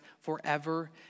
forever